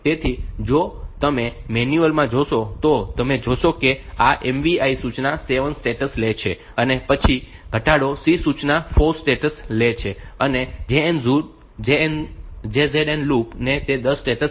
તેથી જો તમે મેન્યુઅલ માં જોશો તો તમે જોશો કે આ MVI સૂચના 7 T સ્ટેટ્સ લે છે અને પછી આ ઘટાડો C સૂચના 4 T સ્ટેટ્સ લે છે અને JZN લૂપ તે 10 T સ્ટેટ્સ લે છે